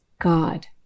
God